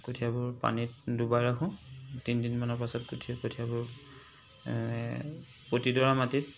কঠিয়াবোৰ পানীত ডুবাই ৰাখোঁ তিনি দিনমানৰ পাছত কঠিয়া কঠিয়াবোৰ প্ৰতিডৰা মাটিত